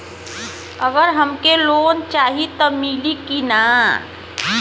अगर हमके लोन चाही त मिली की ना?